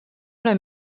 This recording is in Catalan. una